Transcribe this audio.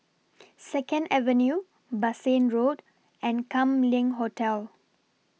Second Avenue Bassein Road and Kam Leng Hotel